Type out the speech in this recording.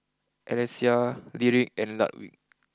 Alesia Lyric and Ludwig